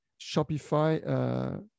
Shopify